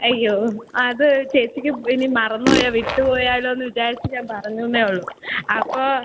അയ്യോ അത് ചേച്ചിക്ക് ഇനി മറന്ന് പോയാൽ വിട്ട് പോയാലോന്ന് വിചാരിച്ച് ഞാൻ പറഞ്ഞൂന്നേ ഉള്ളു അപ്പോൾ